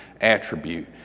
attribute